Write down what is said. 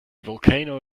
volcano